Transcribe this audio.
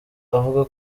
avuga